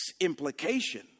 implication